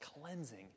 cleansing